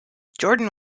jordan